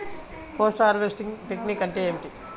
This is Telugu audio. పోస్ట్ హార్వెస్టింగ్ టెక్నిక్ అంటే ఏమిటీ?